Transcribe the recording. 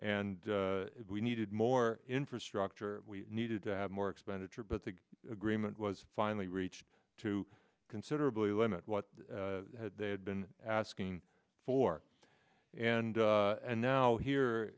and if we needed more infrastructure we needed to have more expenditure but the agreement was finally reached to considerably limit what they had been asking for and and now here